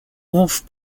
wolf